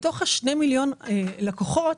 מתוך ה-2 מיליון הלקוחות,